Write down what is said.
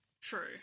True